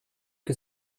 que